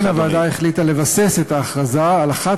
על כן החליטה הוועדה לבסס את ההכרזה על אחת